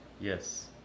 Yes